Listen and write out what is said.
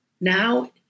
Now